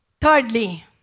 Thirdly